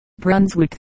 Brunswick